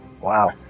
Wow